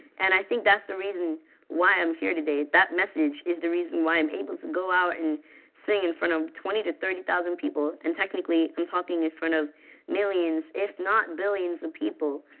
and i think that's the reason why i'm here today. that message is the reason why i'm able to go out and sing in front of twenty thousand to thirty thousand people. and technically, i'm talking in front of millions, if not billions of people,